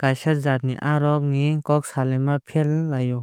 kaaisa jaat ni aa rok ni kok saalaaima fer laio.